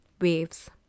waves